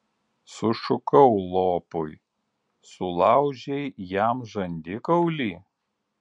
sušukau lopui sulaužei jam žandikaulį